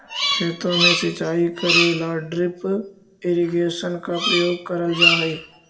खेतों में सिंचाई करे ला ड्रिप इरिगेशन का प्रयोग करल जा हई